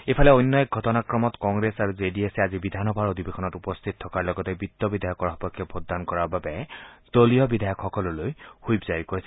ইফালে অন্য এক ঘটনাক্ৰমত কংগ্ৰেছ আৰু জে ডি এছে আজি বিধানসভাৰ অধিৱেশনত উপস্থিত থকাৰ লগতে বিত্ত বিধায়কৰ সপক্ষে ভোটদান কৰাৰ বাবে দলীয় বিধায়কসকললৈ ছইপ জাৰি কৰিছে